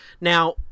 Now